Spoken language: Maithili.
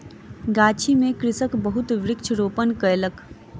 गाछी में कृषक बहुत वृक्ष रोपण कयलक